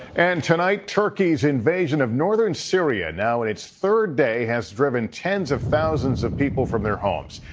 and tonight, turkey's invasion of northern syria now and its third day has driven tens of thousands of people from their homes.